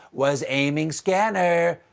was aiming scanner.